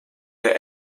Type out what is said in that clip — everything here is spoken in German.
der